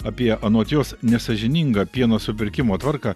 apie anot jos nesąžiningą pieno supirkimo tvarką